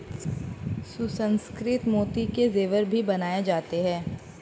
सुसंस्कृत मोती के जेवर भी बनाए जाते हैं